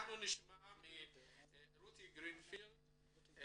אנחנו נשמע מרותי גרינפילד,